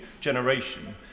generation